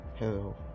Hello